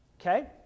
Okay